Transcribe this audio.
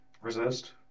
resist